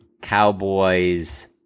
Cowboys